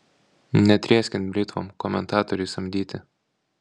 netrieskit britvom komentatoriai samdyti